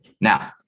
Now